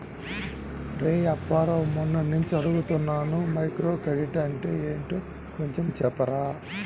రేయ్ అప్పారావు, మొన్నట్నుంచి అడుగుతున్నాను మైక్రోక్రెడిట్ అంటే ఏంటో కొంచెం చెప్పురా